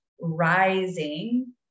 rising